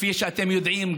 כפי שאתם יודעים,